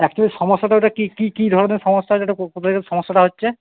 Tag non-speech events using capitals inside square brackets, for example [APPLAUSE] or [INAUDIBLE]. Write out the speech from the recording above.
actual সমস্যাটা ওটা কী কী কী ধরনের সমস্যা আছে ওটা কোথা [UNINTELLIGIBLE] সমস্যাটা হচ্ছে